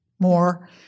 more